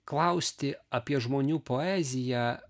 klausti apie žmonių poeziją